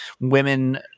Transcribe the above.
women